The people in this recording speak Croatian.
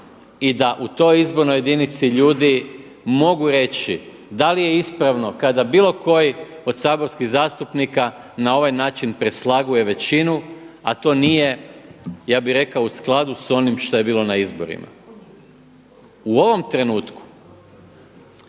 i da u toj izbornoj jedinici ljudi mogu reći da li je ispravno kada bilo koji od saborskih zastupnika na ovaj način preslaguje većinu a to nije ja bih rekao u skladu sa onim što je bilo na izborima. U ovom trenutku